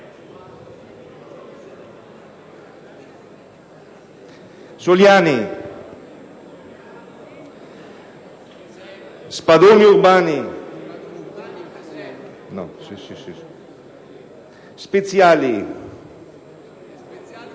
Soliani, Spadoni Urbani, Speziali,